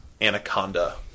anaconda